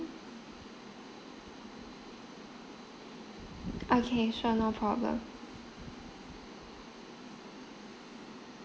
okay sure no problem